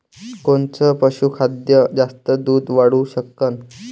कोनचं पशुखाद्य जास्त दुध वाढवू शकन?